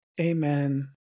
Amen